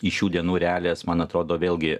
į šių dienų realijas man atrodo vėlgi